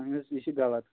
اَہَن حظ یہِ چھِ غلط